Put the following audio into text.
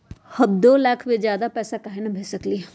हम दो लाख से ज्यादा पैसा काहे न भेज सकली ह?